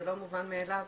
זה לא מובן מאליו,